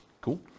Cool